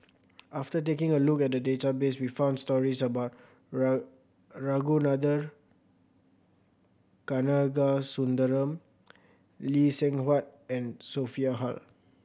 after taking a look at the database we found stories about Ragunathar Kanagasuntheram Lee Seng Huat and Sophia Hull